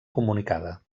comunicada